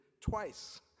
twice